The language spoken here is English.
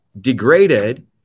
degraded